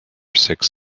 six